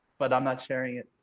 but i'm not sharing it.